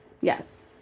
Yes